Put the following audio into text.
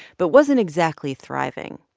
but wasn't exactly thriving.